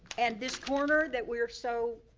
and this corner that we were so,